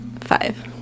Five